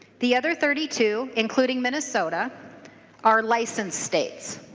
the other thirty two including minnesota are license states.